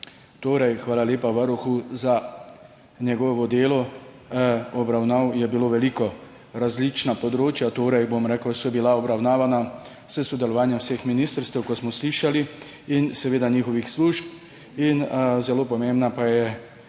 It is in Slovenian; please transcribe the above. Torej, hvala lepa Varuhu za njegovo delo. Obravnav je bilo veliko. Različna področja so bila obravnavana s sodelovanjem vseh ministrstev, kot smo slišali, in seveda njihovih služb, zelo pomembna pa je